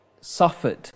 suffered